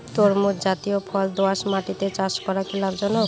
তরমুজ জাতিয় ফল দোঁয়াশ মাটিতে চাষ করা কি লাভজনক?